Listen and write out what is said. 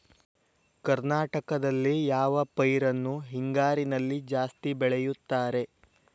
ಕರ್ನಾಟಕದಲ್ಲಿ ಯಾವ ಪೈರನ್ನು ಹಿಂಗಾರಿನಲ್ಲಿ ಜಾಸ್ತಿ ಬೆಳೆಯುತ್ತಾರೆ?